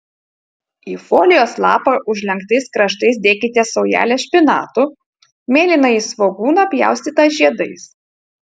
į folijos lapą užlenktais kraštais dėkite saujelę špinatų mėlynąjį svogūną pjaustytą žiedais